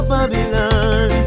Babylon